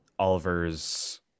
Oliver's